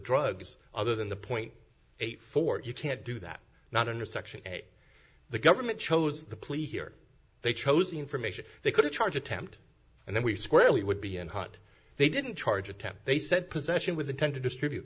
drugs other than the point eight four you can't do that not under section eight the government chose the police here they chose the information they could charge attempt and then we squarely would be and what they didn't charge attempt they said possession with intent to distribute